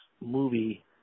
movie